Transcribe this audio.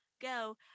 Go